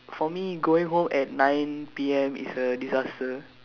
for me going home at nine P_M is a disaster